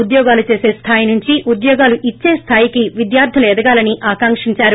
ఉద్యోగాలు చేస స్థాయి నుంచి ఉద్యోగాలు ఇచ్చే స్థాయికి విద్యార్థులు ఎదగాలని ఆకాంకించారు